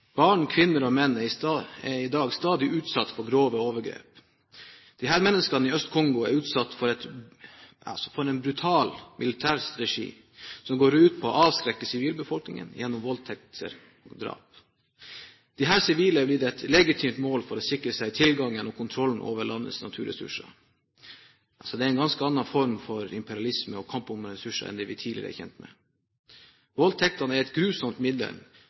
Barn, kvinner og menn er i dag stadig utsatt for grove overgrep. Disse menneskene i Øst-Kongo er utsatt for en brutal militærstrategi som går ut på å avskrekke sivilbefolkningen gjennom voldtekter og drap. Disse sivile er blitt et legitimt mål for å sikre seg tilgangen til og kontrollen over landets naturressurser. Så det er en ganske annen form for imperialisme og kamp om ressurser enn det vi tidligere er kjent med. Voldtektene er et grusomt middel,